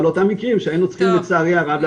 על אותם מקרים שהיינו צריכים לצערי הרב,